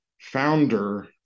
founder